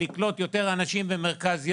לקלוט יותר אנשים במרכז יום,